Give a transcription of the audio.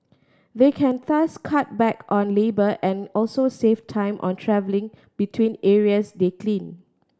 they can thus cut back on labour and also save time on travelling between areas they clean